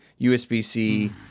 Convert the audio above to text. USB-C